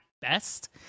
best